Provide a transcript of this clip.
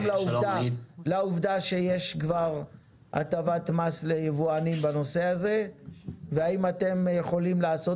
גם לעובדה שיש כבר הטבת מס ליבואנים בנושא הזה והאם אתם יכולים לעשות